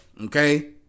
Okay